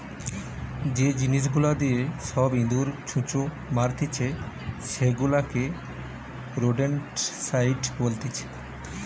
যে জিনিস গুলা দিয়ে সব ইঁদুর, ছুঁচো মারতিছে সেগুলাকে রোডেন্টসাইড বলতিছে